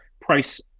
price